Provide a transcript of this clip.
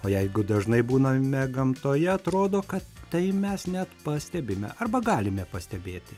o jeigu dažnai būname gamtoje atrodo kad tai mes net pastebime arba galime pastebėti